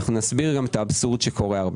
נסביר את האבסורד שקורה.